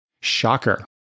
shocker